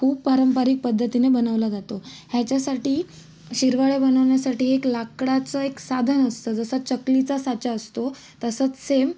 खूप पारंपरिक पद्धतीने बनवला जातो याच्यासाठी शिरवाळ्या बनवण्यासाठी एक लाकडाचं एक साधन असतं जसं चकलीचा साचा असतो तसंच सेम